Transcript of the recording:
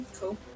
cool